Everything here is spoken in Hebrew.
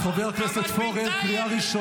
מי היה בעזה